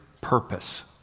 purpose